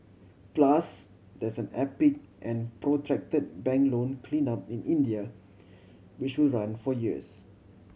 plus there's an epic and protracted bank loan clean up in India which will run for years